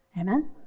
amen